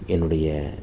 என்னுடைய